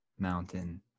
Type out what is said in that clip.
Mountain